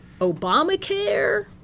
Obamacare